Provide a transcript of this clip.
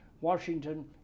Washington